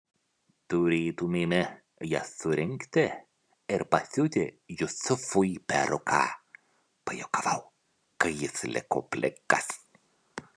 turėtumėme jas surinkti ir pasiūti jusufui peruką pajuokavau kai jis liko plikas